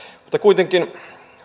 mutta kuitenkin